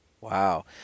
Wow